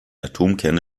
atomkerne